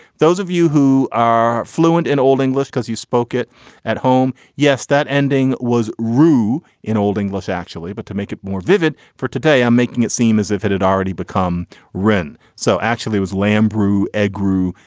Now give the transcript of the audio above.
those of you who are fluent in old english because you spoke it at home. yes that ending was roo in old english actually. but to make it more vivid for today i'm making it seem as if it had already become wren. so actually was lamb brew it grew.